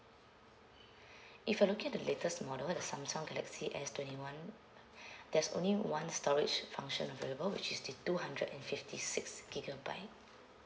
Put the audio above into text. if you're looking at the latest model the samsung galaxy s twenty one there's only one storage function available which is the two hundred and fifty six gigabyte